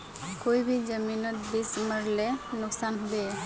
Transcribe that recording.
कोई भी सब्जी जमिनोत बीस मरले नुकसान होबे?